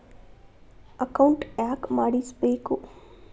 Account ಯಾಕ್ ಮಾಡಿಸಬೇಕು?